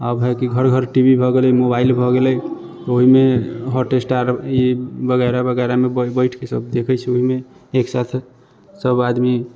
आ अब हइ कि घर घर टीवी भऽ गेलै मोबाइल भऽ गेलै ओहिमे हॉटस्टार ई वगैरह वगैरहमे बैठिके सभ देखै छै ओहिमे एक साथ सभआदमी